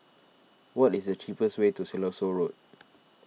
what is the cheapest way to Siloso Road